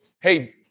Hey